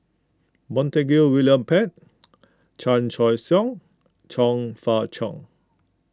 Montague William Pett Chan Choy Siong Chong Fah Cheong